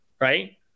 right